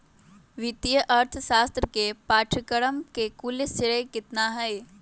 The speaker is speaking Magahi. वित्तीय अर्थशास्त्र के पाठ्यक्रम के कुल श्रेय कितना हई?